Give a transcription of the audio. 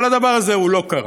אבל הדבר הזה לא קרה.